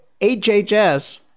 HHS